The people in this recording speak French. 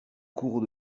cours